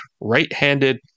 right-handed